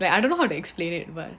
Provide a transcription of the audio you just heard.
like I don't know how to explain it but